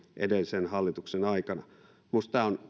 edellisen hallituksen aikana minusta tämä on